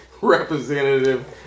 representative